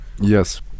yes